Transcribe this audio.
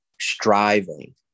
striving